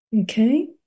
Okay